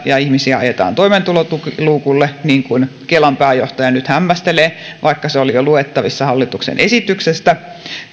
ja ihmisiä ajetaan toimeentulotukiluukulle niin kuin kelan pääjohtaja nyt hämmästelee vaikka se oli jo luettavissa hallituksen esityksestä